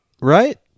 right